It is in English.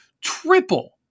triple